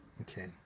Okay